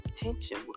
attention